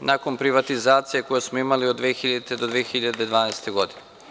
nakon privatizacije koju smo imali od 2000. do 2012. godine.